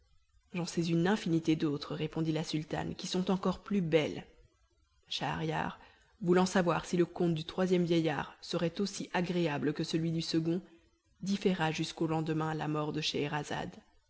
j'en sais une infinité d'autres répondit la sultane qui sont encore plus belles schahriar voulant savoir si le conte du troisième vieillard serait aussi agréable que celui du second différa jusqu'au lendemain la mort de